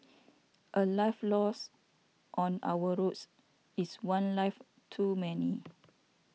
a life lost on our roads is one life too many